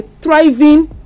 thriving